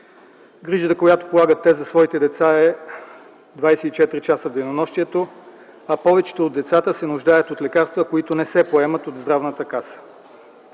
Грижата, която те полагат за своите деца, е 24 часа в денонощието, а повечето от децата се нуждаят от лекарства, които не се поемат от Здравната каса.